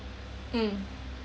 mm